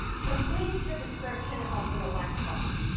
completes the description of the electron.